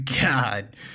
God